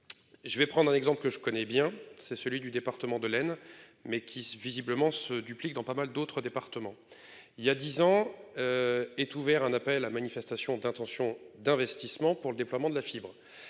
Je vais prendre un exemple que je connais bien, c'est celui du département de laine mais qui visiblement se duplique dans pas mal d'autres départements, il y a 10 ans. Est ouvert un appel à manifestation d'intentions d'investissements pour le déploiement de la fibre.